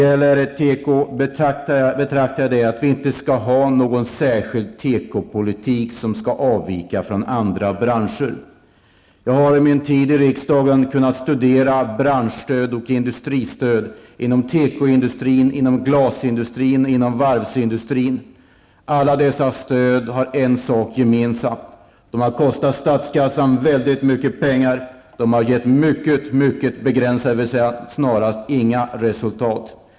Vi skall inte ha någon särskild tekopolitik som skall avvika från behandlingen av andra branscher. Jag har under min tid i riksdagen kunnat studera branschstöd och industristöd inom tekoindustrin, inom glasindustrin och inom varvsindustrin. Alla dessa stöd har en sak gemensamt. De har kostat statskassan väldigt mycket pengar. De har gett mycket begränsade, dvs. snarast inga, resultat.